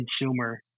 consumer